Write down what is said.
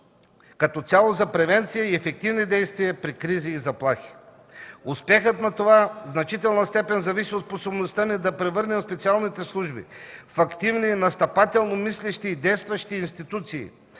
като цялост за превенция и ефективни действия при кризи и заплахи. Успехът на това в значителна степен зависи от способността ни да превърнем официалните служби в активни, настъпателно мислещи и действащи институции,